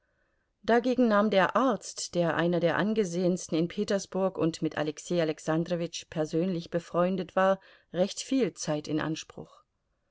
dagegen nahm der arzt der einer der angesehensten in petersburg und mit alexei alexandrowitsch persönlich befreundet war recht viel zeit in anspruch